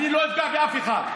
אני לא אפגע באף אחד.